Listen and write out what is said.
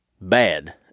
bad